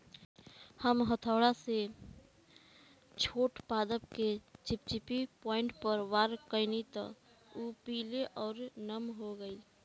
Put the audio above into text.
हम हथौड़ा से एगो छोट पादप के चिपचिपी पॉइंट पर वार कैनी त उ पीले आउर नम हो गईल